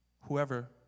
whoever